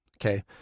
Okay